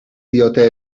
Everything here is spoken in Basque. diote